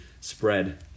spread